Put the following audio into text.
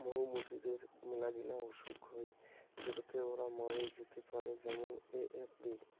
মৌ মুচিদের মেলাগিলা অসুখ হই যেটোতে ওরা মরে যেতে পারে যেমন এ.এফ.বি